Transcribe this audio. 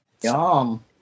Yum